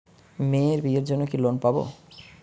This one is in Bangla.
মেয়ের বিয়ের জন্য কি কোন লোন পাব?